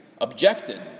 objected